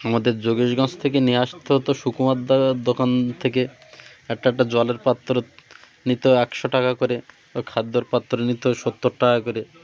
আমাদের যোগেশগঞ্জ থেকে নিয়ে আসতে হতো সুকুমারদার দোকান থেকে একটা একটা জলের পাত্র নিতো একশো টাকা করে ও খাদ্যর পাত্র নিতো সত্তর টাকা করে